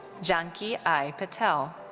janki i. patel.